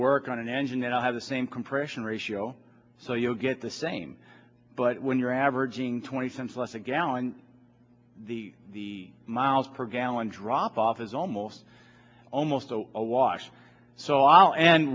work on an engine that i have the same compression ratio so you'll get the same but when you're averaging twenty cents less a gallon the the miles per gallon drop off is almost almost a wash so i'll end